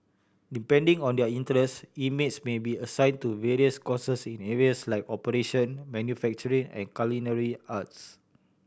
depending on their interests inmates may be assigned to various courses in areas like operation manufacturing and culinary arts